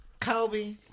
Kobe